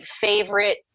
favorite